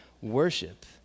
worship